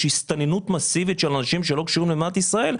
הסתננות מסיבית של אנשים שלא קשורים למדינת ישראל,